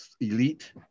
elite